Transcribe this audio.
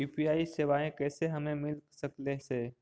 UPI सेवाएं कैसे हमें मिल सकले से?